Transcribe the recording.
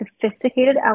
sophisticated